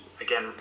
again